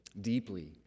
deeply